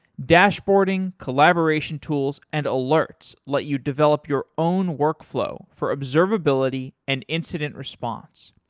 dashboarding, collaboration tools, and alerts let you develop your own workflow for observability and incident response.